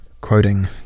Quoting